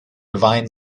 divine